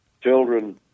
children